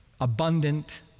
abundant